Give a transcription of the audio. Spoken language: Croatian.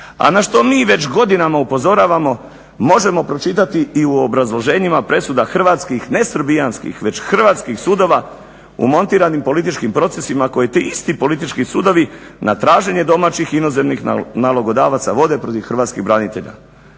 a na što mi već godinama upozoravamo možemo pročitati i u obrazloženjima presuda hrvatskih ne srbijanskih već hrvatskih sudova u montiranim političkim procesima koji ti isti politički sudovi na traženje domaćih inozemnih nalogodavaca vode protiv hrvatskih branitelja.